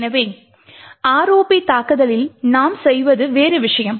எனவே ROP தாக்குதலில் நாம் செய்வது வேறு விஷயம்